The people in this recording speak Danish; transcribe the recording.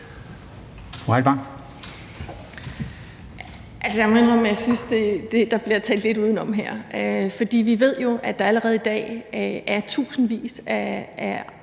jeg synes, at der bliver talt lidt udenom her. Vi ved jo, at der allerede i dag er tusindvis af